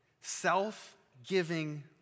Self-giving